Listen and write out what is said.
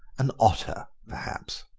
an otter, perhaps.